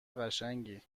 قشنگی